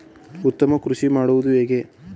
ಉತ್ತಮ ಕೃಷಿ ಮಾಡುವುದು ಹೇಗೆ?